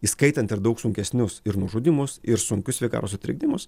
įskaitant ir daug sunkesnius ir nužudymus ir sunkius sveikatos sutrikdymus